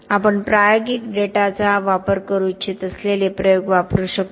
आपण प्रायोगिक डेटाचा वापर करू इच्छित असलेले प्रयोग वापरू शकतो